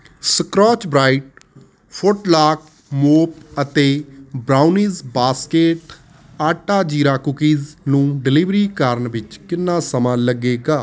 Scotch Brite ਫੁੱਟਲਾਕ mop ਅਤੇ brownies basket ਆਟਾ ਜ਼ੀਰਾ ਕੂਕੀਜ਼ ਨੂੰ ਡਿਲੀਵਰੀ ਕਰਨ ਵਿੱਚ ਕਿੰਨਾ ਸਮਾਂ ਲੱਗੇਗਾ